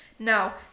Now